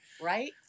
Right